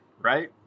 right